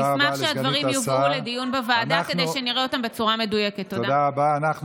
דוגמה אחת, תודה רבה לסגנית השר.